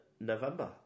November